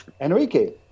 Enrique